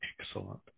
excellent